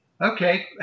okay